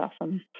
awesome